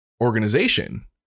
organization